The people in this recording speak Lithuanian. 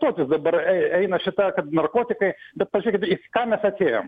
tokius dabar ei eina šita kad narkotikai bet pažiūrėkit į ką mes atėjom